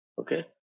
okay